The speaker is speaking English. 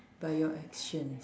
by your actions